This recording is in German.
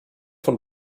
von